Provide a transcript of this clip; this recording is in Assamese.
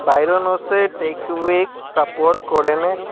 বাইৰনছে টেকঅৱে'ক চাপৰ্ট কৰেনে